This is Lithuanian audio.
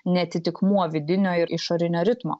ne atitikmuo vidinio ir išorinio ritmo